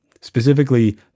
Specifically